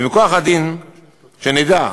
שנדע,